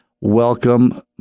Welcome